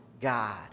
God